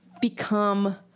become